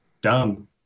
Dumb